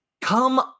come